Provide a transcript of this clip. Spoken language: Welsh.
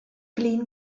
flin